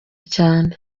cyane